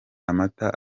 amata